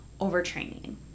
overtraining